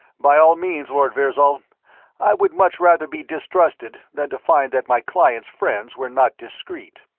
by all means, lord virzal i would much rather be distrusted than to find that my client's friends were not discreet.